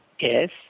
Yes